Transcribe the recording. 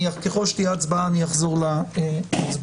ככל שתהיה הצבעה, אני אחזור להצבעה.